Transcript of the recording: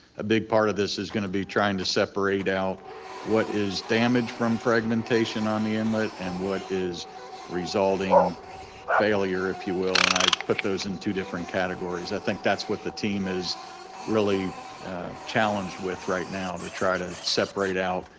a big part of this is gonna be trying to separate out what is damaged from fragmentation on the inlet and what is resulting failure, if you will, and i put those in two different categories. i think that's what the team is really challenged with right now to try to separate out,